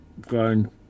grown